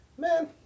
Man